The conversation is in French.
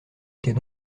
était